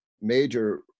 major